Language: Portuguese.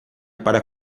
para